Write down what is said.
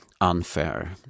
unfair